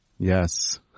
Yes